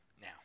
now